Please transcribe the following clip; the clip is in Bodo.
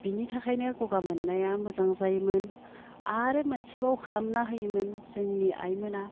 बिनि थाखायनो गगा मोननाया मोजां जायोमोन आरो मोनसेबाव खालामना होयोमोन जोंनि आइमोना